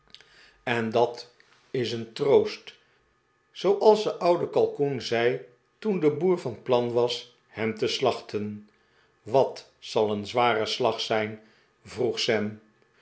te dotaaien is een troost zooals de oude kalkoen zei toen de boer van plan was hem te slachten wat zal een zware slag zijn vroeg